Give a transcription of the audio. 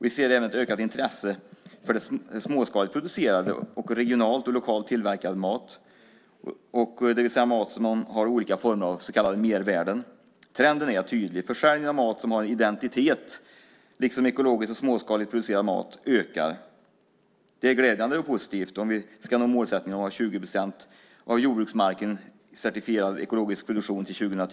Vi ser även ett ökat intresse för småskaligt producerad och regionalt och lokalt tillverkad mat, det vill säga mat som har olika former av så kallade mervärden. Trenden är tydlig. Försäljning av mat som har identitet liksom ekologiskt och småskaligt producerad mat ökar. Det är glädjande och positivt om vi ska nå målsättningen att ha 20 procent av jordbruksmarken i certifierad ekologisk produktion till 2010.